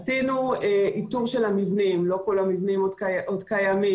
עשינו איתור של המבנים, לא כל המבנים קיימים.